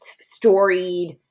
storied